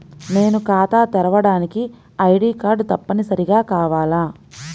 నేను ఖాతా తెరవడానికి ఐ.డీ కార్డు తప్పనిసారిగా కావాలా?